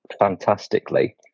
fantastically